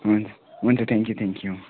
हुन्छ हुन्छ thank you thank you